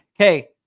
Okay